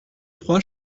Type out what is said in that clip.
trois